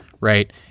right